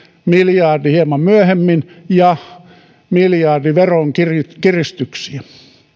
miljardi hieman myöhemmin ja miljardi veronkiristyksiä